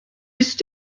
ist